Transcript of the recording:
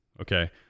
okay